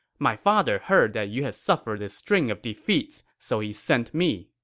my father heard that you had suffered a string of defeats, so he sent me.